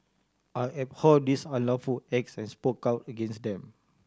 I abhor these unlawful acts and spoke out against them